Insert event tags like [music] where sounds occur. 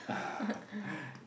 [laughs]